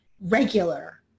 regular